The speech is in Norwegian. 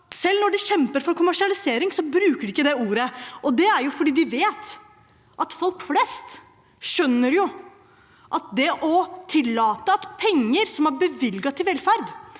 selv når de kjemper for kommersialisering, bruker de ikke det ordet. Det er fordi de vet at folk flest skjønner at det å tillate at penger som er bevilget til velferd,